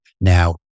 now